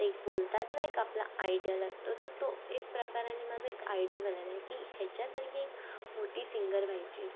ते एक बोलतात नाही का आपला आयडीयल असतो तो एक प्रकारांनी माझा एक आयडल बनाना है की हेच्यासारखी मोठी सिंगर व्हायची